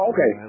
Okay